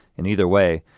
and either way,